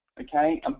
okay